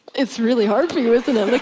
it's really hard for you isn't it? look